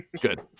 Good